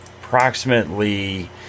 approximately